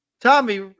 Tommy